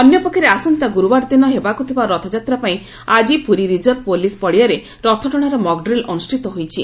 ଅନ୍ୟପକ୍ଷରେ ଆସନ୍ତା ଗୁରୁବାର ଦିନ ହେବାକୁ ଥିବା ରଥଯାତ୍ରା ପାଇଁ ଆକି ପୁରୀ ରିଜର୍ଭ ପୋଲିସ୍ ପଡ଼ିଆରେ ରଥଟଶାର ମକ୍ତ୍ରିଲ୍ ଅନୁଷ୍ଠିତ ହୋଇଯାଇଛି